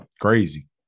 Crazy